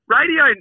Radio